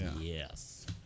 Yes